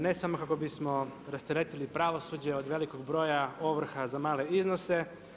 Ne samo kako bismo rasteretili pravosuđe od velikog broja ovrha za male iznose.